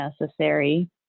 necessary